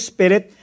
Spirit